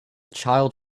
child